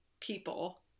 people